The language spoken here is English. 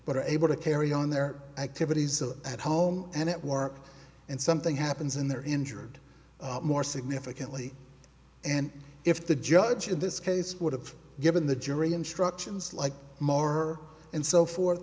but are able to carry on their activities of at home and at work and something happens in their injured more significantly and if the judge in this case would have given the jury instructions like more and so forth